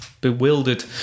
bewildered